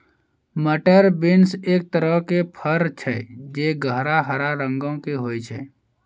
मटर बींस एक तरहो के फर छै जे गहरा हरा रंगो के होय छै